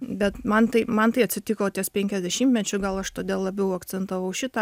bet man tai man tai atsitiko ties penkiasdešimtmečiu gal aš todėl labiau akcentavau šitą